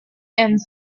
and